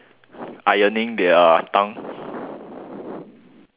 ironing their tongue